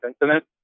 incident